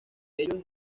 ellos